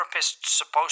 supposed